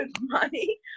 money